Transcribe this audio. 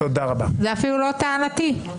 זה אפילו לא טענתי.